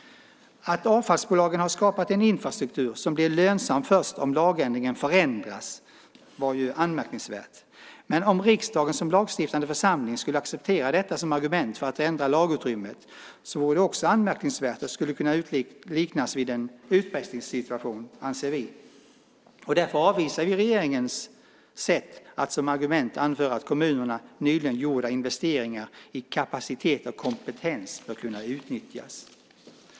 Att avfallsbolagen har skapat en infrastruktur som blir lönsam först om lagstiftningen förändras är anmärkningsvärt. Men om riksdagen som lagstiftande församling skulle acceptera detta som argument för att förändra lagrummet är det anmärkningsvärt och kan liknas vid en utpressningssituation, anser vi. Därför avvisade vi regeringens sätt att som argument anföra att kommunernas nyligen gjorda investeringar i kapacitet och kompetens bör kunna utnyttjas.